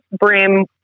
brim